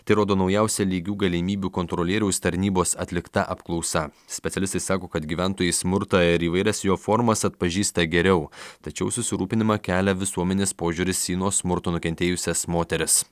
tai rodo naujausia lygių galimybių kontrolieriaus tarnybos atlikta apklausa specialistai sako kad gyventojai smurtą ir įvairias jo formas atpažįsta geriau tačiau susirūpinimą kelia visuomenės požiūris į nuo smurto nukentėjusias moteris